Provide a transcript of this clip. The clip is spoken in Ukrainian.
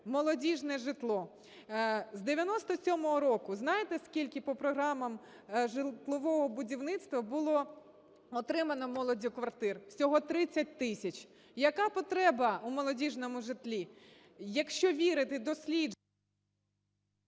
Молодіжне житло. З 1997 року, знаєте, скільки по програмах житлового будівництва було отримано молоддю квартир? Всього 30 тисяч. Яка потреба у молодіжному житлі? Якщо вірити… ГОЛОВУЮЧИЙ.